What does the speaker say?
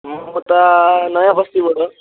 म त नयाँ बस्तीबाट